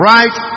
Right